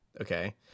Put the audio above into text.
okay